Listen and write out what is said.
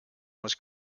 was